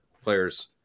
players